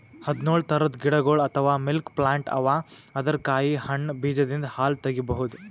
ಹದ್ದ್ನೊಳ್ ಥರದ್ ಗಿಡಗೊಳ್ ಅಥವಾ ಮಿಲ್ಕ್ ಪ್ಲಾಂಟ್ ಅವಾ ಅದರ್ ಕಾಯಿ ಹಣ್ಣ್ ಬೀಜದಿಂದ್ ಹಾಲ್ ತಗಿಬಹುದ್